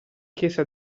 chiese